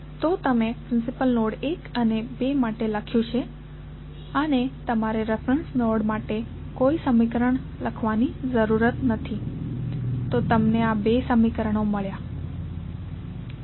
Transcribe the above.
તો તમે principal node 1 અને 2 માટે લખ્યું છે અને તમારે રેફેરેંસ નોડ માટે કોઈ સમીકરણ લખવાની જરૂર નથી તો તમને બે સમીકરણો મળ્યાં